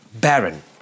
Baron